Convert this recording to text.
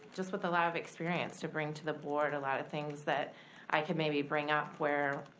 just with a lot of experience to bring to the board. a lot of things that i can maybe bring up where